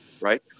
Right